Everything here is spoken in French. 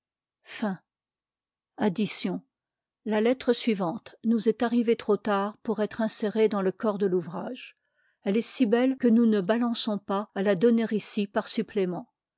fin addition la lettre suivante nous est arrivée trop tard ponr être insérée dans le corps de l'ouvrage elle est si belle que nous ne balançons pas à la donner ici par supplénent